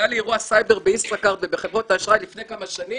היה לי אירוע סייבר בישראכרט ובחברות האשראי לפני כמה שנים,